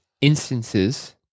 instances